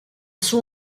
sont